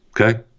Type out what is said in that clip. okay